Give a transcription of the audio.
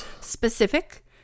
specific